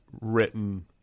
written